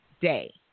day